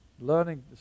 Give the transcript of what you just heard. learning